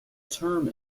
term